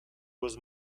was